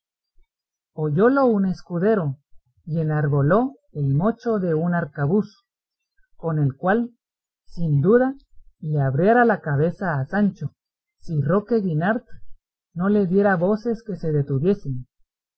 ladrones oyólo un escudero y enarboló el mocho de un arcabuz con el cual sin duda le abriera la cabeza a sancho si roque guinart no le diera voces que se detuviese